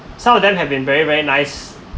some of them have been very very nice